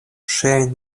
ŝiajn